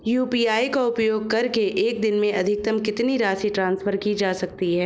UPI का उपयोग करके एक दिन में अधिकतम कितनी राशि ट्रांसफर की जा सकती है?